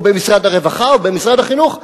או במשרד הרווחה או במשרד החינוך?